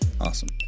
awesome